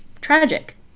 tragic